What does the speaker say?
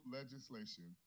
legislation